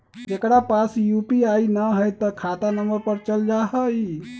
जेकरा पास यू.पी.आई न है त खाता नं पर चल जाह ई?